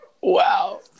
Wow